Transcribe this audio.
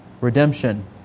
redemption